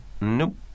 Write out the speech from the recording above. Nope